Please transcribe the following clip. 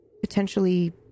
potentially